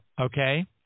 Okay